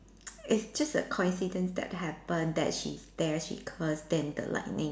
it's just a coincidence that happen that she's there she curse then the lightning